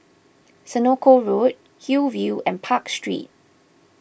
Senoko Road Hillview and Park Street